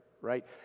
right